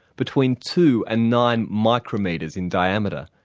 between two and nine micrometers in diameter,